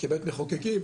כבית מחוקקים,